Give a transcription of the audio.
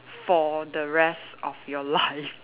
for the rest of your life